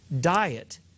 Diet